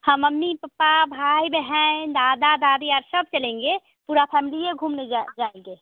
हाँ mummy papa भाई बहन दादा दादी और सब चलेंगे पूरी फैमली ही घूमने जाए जाएँगे